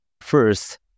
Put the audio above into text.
first